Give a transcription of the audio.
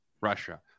Russia